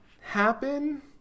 happen